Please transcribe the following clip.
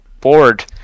bored